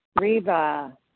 Reva